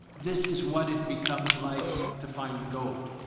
this is what it becomes like to find the gold,